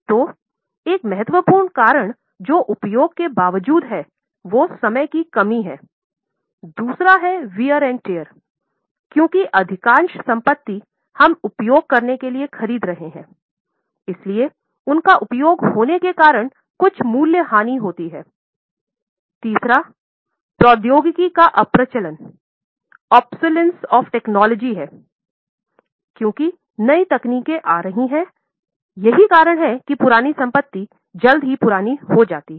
तो एक महत्वपूर्ण कारण जो उपयोग के बावजूद है वो समय की कमी है दूसरा है वीर औऱ तैर है क्योंकि नई तकनीकें आ रही हैं यही कारण है कि पुरानी संपत्ति जल्द ही पुरानी हो जाएगी